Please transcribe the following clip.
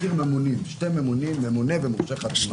אני מכיר שני ממונים, ממונה ומורשה חתימה.